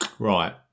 Right